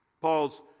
Paul's